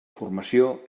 formació